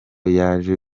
yaje